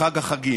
לחג החגים.